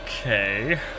Okay